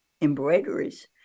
embroideries